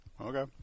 Okay